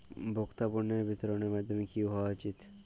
ভোক্তা পণ্যের বিতরণের মাধ্যম কী হওয়া উচিৎ?